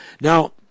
now